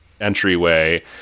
entryway